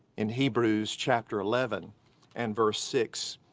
in hebrews chapter eleven and verse six,